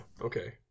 Okay